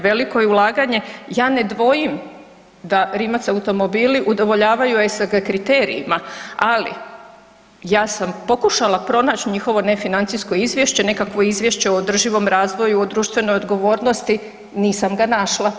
Veliko je ulaganje, ja ne dvojim da Rimac automobili udovoljavaju ESSG kriterijima, ali ja sam pokušala pronać njihovo ne financijsko izvješće, nekakvo izvješće o održivom razvoju, o društvenoj odgovornosti nisam ga našla.